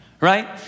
right